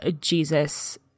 Jesus